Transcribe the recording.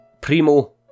Primo